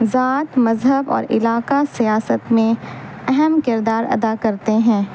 ذات مذہب اور علاقہ سیاست میں اہم کردار ادا کرتے ہیں